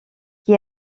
qui